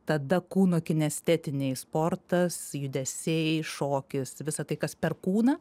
tada kūno kinestetiniai sportas judesiai šokis visa tai kas per kūną